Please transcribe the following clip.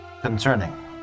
concerning